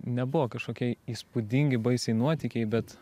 nebuvo kažkokie įspūdingi baisiai nuotykiai bet